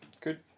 Good